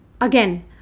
Again